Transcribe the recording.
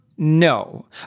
No